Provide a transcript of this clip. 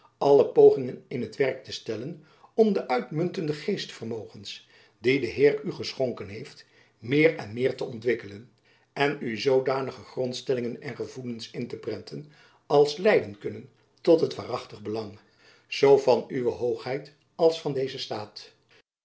alle pogingen in t werk te stellen om de uitmunjacob van lennep elizabeth musch tende geestvermogens die de heer u geschonken heeft meer en meer te ontwikkelen en u zoodanige grondstellingen en gevoelens in te prenten als leiden kunnen tot het waarachtig belang zoo van uwe hoogheid als van dezen staat